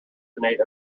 innate